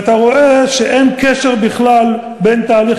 ואתה רואה שאין קשר בכלל בין תהליך